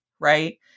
right